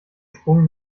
sprung